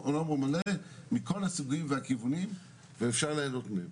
מכל הסוגים והכיוונים ואפשר ליהנות מהם.